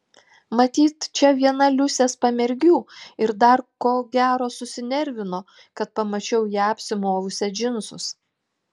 matyt čia viena liusės pamergių ir dar ko gero susinervino kad pamačiau ją apsimovusią džinsus